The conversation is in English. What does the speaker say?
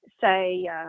say